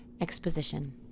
Exposition